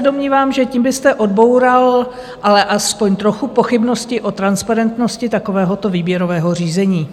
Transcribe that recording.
Domnívám se, že tím byste odboural alespoň trochu pochybností o transparentnosti takovéhoto výběrového řízení.